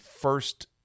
first